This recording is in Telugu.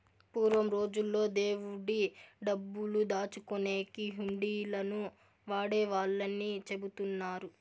పూర్వం రోజుల్లో దేవుడి డబ్బులు దాచుకునేకి హుండీలను వాడేవాళ్ళని చెబుతున్నారు